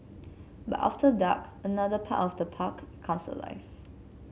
but after dark another part of the park comes alive